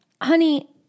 Honey